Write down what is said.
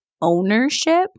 ownership